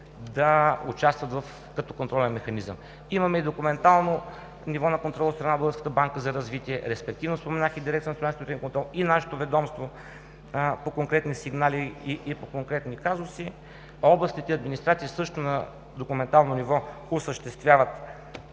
да участват като контролен механизъм. Имаме и документално ниво на контрол от страна на Българската банка за развитие, респективно споменах и Дирекцията за национален строителен контрол и нашето ведомство по конкретни сигнали и казуси. Областните администрации също на документално ниво осъществяват